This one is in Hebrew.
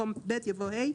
במקום "ב" יבוא "ה".